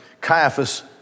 Caiaphas